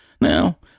Now